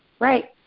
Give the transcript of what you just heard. Right